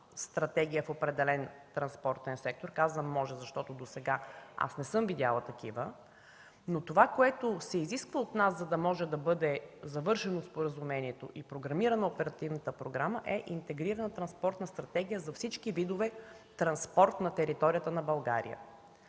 стратегия в определен транспортен сектор – казвам „може”, защото досега аз не съм видяла такива, но това, което се изисква от нас, за да може да бъде завършено споразумението и програмирана оперативната програма, е Интегрирана транспортна стратегия за всички видове транспорт на територията на България.